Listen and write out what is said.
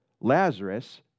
Lazarus